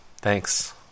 Thanks